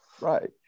right